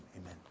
Amen